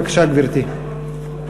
בבקשה, גברתי.